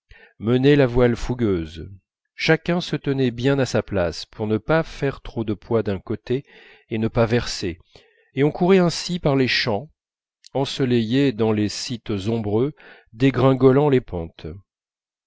menait la voile fougueuse chacun se tenait bien à sa place pour ne pas faire trop de poids d'un côté et ne pas verser et on courait ainsi par les champs ensoleillés dans les sites ombreux dégringolant les pentes